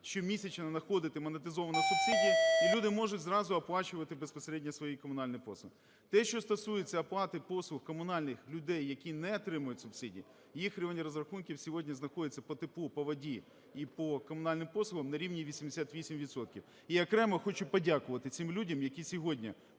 щомісячно надходити монетизована субсидія, і люди можуть зразу оплачувати безпосередньо свої комунальні послуги. Те, що стосується оплати послуг комунальних людей, які не отримують субсидії, їх рівень розрахунків сьогодні знаходиться по теплу, по воді і по комунальним послугам на рівні 88 відсотків. І окремо хочу подякувати цим людям, які сьогодні